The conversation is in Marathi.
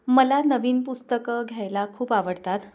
मला नवीन पुस्तकं घ्यायला खूप आवडतात